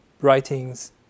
writings